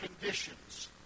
conditions